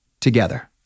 Together